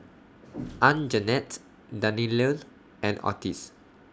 Anjanette Dannielle and Otis